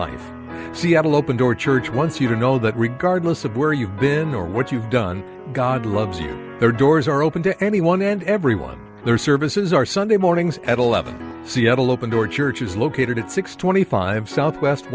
an open door church once you don't know but regardless of where you've been or what you've done god loves you their doors are open to anyone and everyone their services are sunday mornings at eleven seattle open door church is located at six twenty five south west